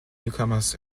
newcomers